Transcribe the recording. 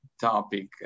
topic